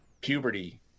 puberty